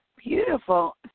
Beautiful